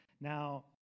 Now